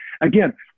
Again